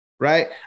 right